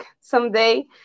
someday